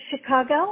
Chicago